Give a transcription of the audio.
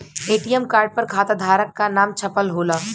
ATM card पर खाताधारक क नाम छपल होला